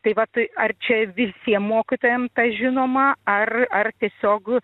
tai vat ar čia visiem mokytojam tas žinoma ar ar tiesiog